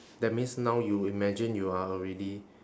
that means now you imagine you are already